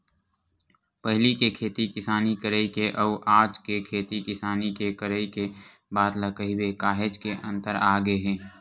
पहिली के खेती किसानी करई के अउ आज के खेती किसानी के करई के बात ल कहिबे काहेच के अंतर आगे हे